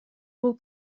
бул